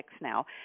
now